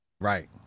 right